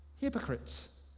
hypocrites